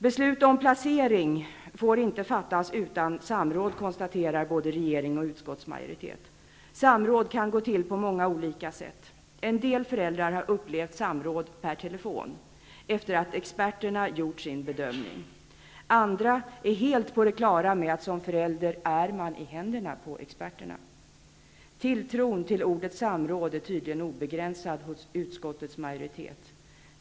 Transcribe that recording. Beslut om placering av barn får inte fattas utan samråd konstaterar både regering och utskottsmajoritet. Samråd kan gå till på många olika sätt. En del föräldrar har upplevt samråd per telefon, efter att experterna har gjort sin bedömning. Andra är helt på det klara med att man som förälder är helt i händerna på experter. Tilltron till ordet samråd är tydligen obegränsad hos utskottets majoritet.